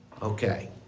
Okay